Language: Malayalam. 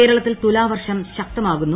കേരളത്തിൽ തുലാവർഷം ശക്തമാകുന്നു